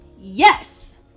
yes